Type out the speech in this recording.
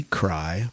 cry